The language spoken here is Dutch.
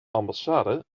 ambassade